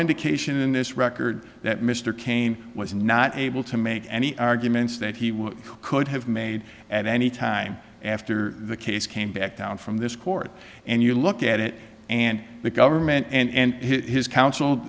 indication in this record that mr cain was not able to make any arguments that he would could have made at any time after the case came back down from this court and you look at it and the government and his counsel